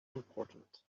important